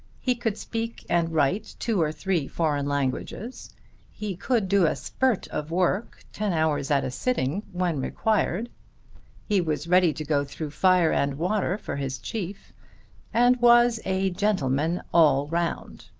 he could speak and write two or three foreign languages he could do a spurt of work ten hours at a sitting when required he was ready to go through fire and water for his chief and was a gentleman all round.